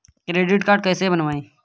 Credit card कैसे बनवाएँ?